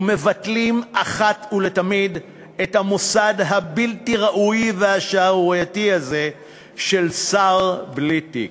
ומבטלים אחת ולתמיד את המוסד הבלתי-ראוי והשערורייתי הזה של שר בלי תיק.